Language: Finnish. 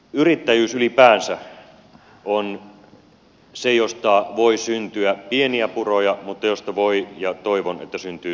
yrittäjyys ylipäänsä on se josta voi syntyä pieniä puroja mutta josta voi syntyä ja toivon että syntyy suuria puroja